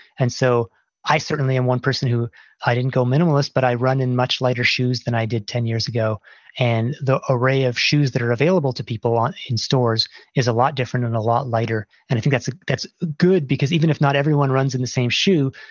and so i certainly am one person who i didn't go minimalist, but i run in much lighter shoes than i did ten years ago and the array of shoes that are available to people in stores is a lot different and a lot lighter. and i think that's ah that's good because even if not everyone runs in the same shoe,